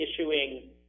issuing